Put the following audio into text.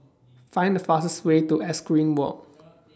Find The fastest Way to Equestrian Walk